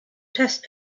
test